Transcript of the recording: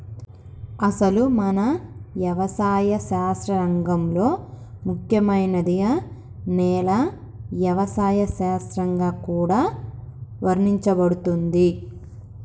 అసలు మన యవసాయ శాస్త్ర రంగంలో ముఖ్యమైనదిగా నేల యవసాయ శాస్త్రంగా కూడా వర్ణించబడుతుంది